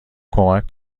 کمک